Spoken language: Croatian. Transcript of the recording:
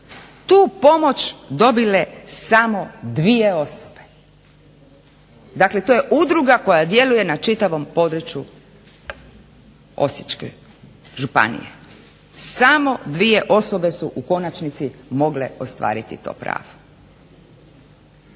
tu pomoć dobile samo dvije osobe. Dakle to je udruga koja djeluje na čitavom području Osječke županije. samo dvije osobe su u konačnici mogle ostvariti to pravo.